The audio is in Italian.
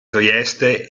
trieste